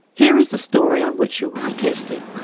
here is the story on which you will be tested.